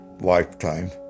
lifetime